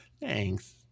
Thanks